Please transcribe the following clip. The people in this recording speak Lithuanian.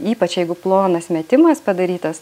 ypač jeigu plonas metimas padarytas